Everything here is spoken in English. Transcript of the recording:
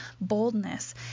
boldness